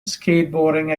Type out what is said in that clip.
skateboarding